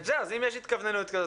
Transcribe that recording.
אז אם יש התכווננות כזו,